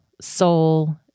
soul